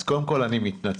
אז קודם כל אני מתנצל,